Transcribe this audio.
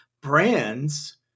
brands